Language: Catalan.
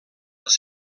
les